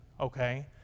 okay